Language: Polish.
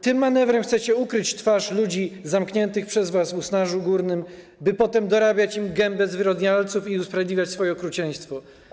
Tym manewrem chcecie ukryć twarze ludzi zamkniętych przez was w Usnarzu Górnym, by potem dorabiać im gębę zwyrodnialców i usprawiedliwiać swoje okrucieństwo.